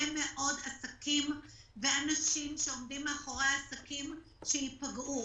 מאוד עסקים ואנשים העומדים מאחורי העסקים שייפגעו.